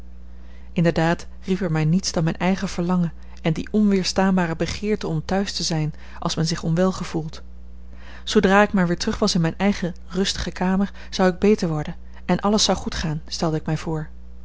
inderdaad riep er mij niets dan mijn eigen verlangen en die onweerstaanbare begeerte om thuis te zijn als men zich onwel gevoelt zoodra ik maar weer terug was in mijne eigene rustige kamer zou ik beter worden en alles zou goed gaan stelde ik mij voor